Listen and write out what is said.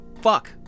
Fuck